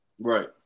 Right